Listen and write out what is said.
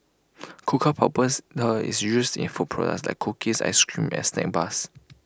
cocoa powders is used in food products like cookies Ice Cream and snack bars